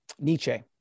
Nietzsche